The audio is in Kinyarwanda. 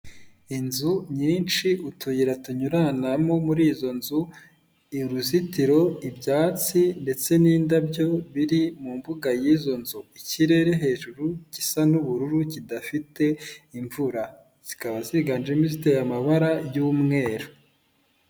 Inzu nyinshi utuyira tunyuranamo muri izo nzu, uruzitiro, ibyatsi ndetse n'indabyo biri mu mbuga y'izo nzu, ikirere hejuru gisa n'ubururu kidafite imvura, zikaba ziganjemo ziteye amabara y'umweru.